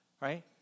Right